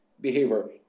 behavior